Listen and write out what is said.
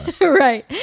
Right